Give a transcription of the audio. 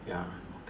ya